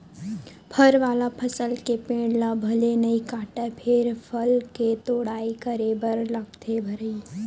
फर वाला फसल के पेड़ ल भले नइ काटय फेर फल के तोड़ाई करे बर लागथे भईर